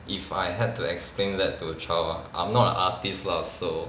if I had to explain that to a child ah I'm not a artist lah so